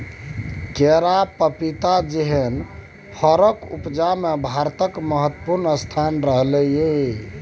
केरा, पपीता जेहन फरक उपजा मे भारतक महत्वपूर्ण स्थान रहलै यै